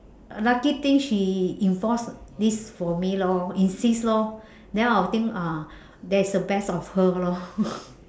lucky thing she enforce this for me lor insist lor then I'll think ah that's the best of her lor